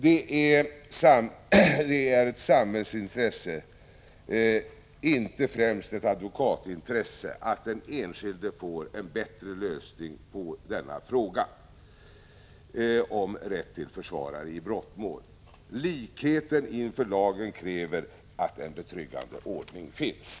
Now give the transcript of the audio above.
Det är ett samhällsintresse — inte främst ett advokatintresse — att den enskilde får se en bättre lösning av frågan om rätten till försvarare i brottmål. Likheten inför lagen kräver att en betryggande ordning finns.